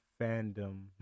fandom